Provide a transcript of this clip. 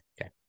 Okay